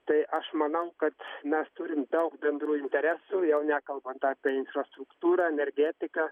tai aš manau kad mes turim daug bendrų interesų jau nekalbant apie infrastruktūrą energetiką